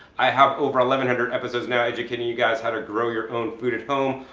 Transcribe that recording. i have over a eleven hundred episodes now educating you guys how to grow your own food at home.